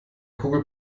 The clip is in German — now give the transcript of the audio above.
kugel